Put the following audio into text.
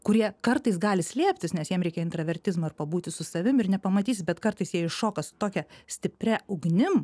kurie kartais gali slėptis nes jiems reikia intravertizmo ir pabūti su savim ir nepamatysit bet kartais jie iššoka su tokia stipria ugnim